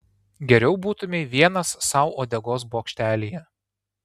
geriau būtumei vienas sau uodegos bokštelyje